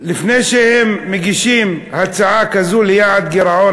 לפני שהם מגישים הצעה כזאת ליעד גירעון